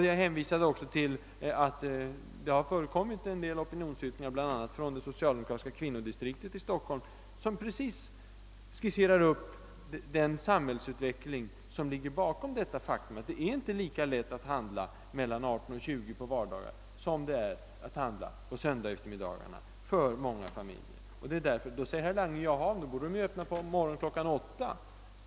Jag hänvisade också till att det har förekommit en del opinionsyttringar, bl.a. från det socialdemokratiska kvinnodistriktet i Stockholm, som precis skisserar upp den samhällsutveckling som ligger bakom detta faktum: det är för många familjer inte lika lätt att handla mellan kl. 18 och 20 på vardagar, som det är att handla på söndagseftermiddagar. Då säger herr Lange, att i så fall borde dessa affärer öppna på morgonen kl. 8.